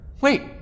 Wait